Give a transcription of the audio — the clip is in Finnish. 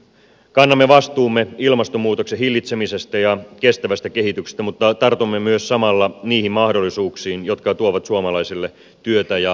kannamme vastuumme ilmastonmuutoksen hillitsemisestä ja kestävästä kehityksestä mutta tartumme myös samalla niihin mahdollisuuksiin jotka tuovat suomalaisille työtä ja toimeentuloa